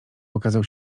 pokazał